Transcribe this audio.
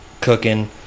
cooking